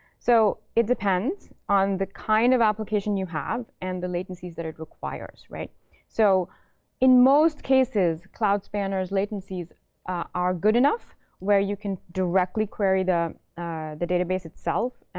so it depends on the kind of application you have and the latencies that it requires. so in most cases, cloud spanner's latencies are good enough where you can directly query the the database itself.